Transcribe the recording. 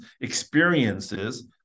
experiences